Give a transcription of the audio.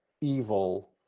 evil